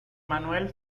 manuel